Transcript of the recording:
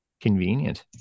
Convenient